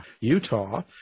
Utah